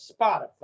Spotify